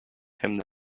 him